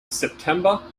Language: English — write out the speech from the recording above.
september